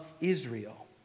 Israel